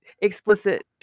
explicit